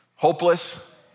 hopeless